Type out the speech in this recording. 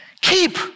keep